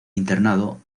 internado